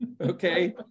okay